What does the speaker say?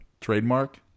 trademark